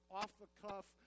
off-the-cuff